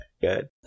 Good